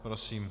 Prosím.